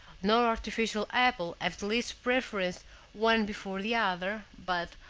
nor artificial apple have the least preference one before the other, but,